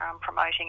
promoting